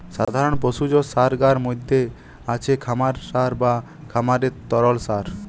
সাধারণ পশুজ সারগার মধ্যে আছে খামার সার বা খামারের তরল সার